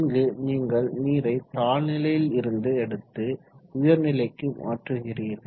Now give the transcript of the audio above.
இங்கு நீங்கள் நீரை தாழ்நிலையில் இருந்து எடுத்து உயர்நிலைக்கு மாற்றுகிறீர்கள்